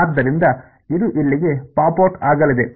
ಆದ್ದರಿಂದ ಇದು ಇಲ್ಲಿಗೆ ಪಾಪ್ ಔಟ್ ಆಗಲಿದೆ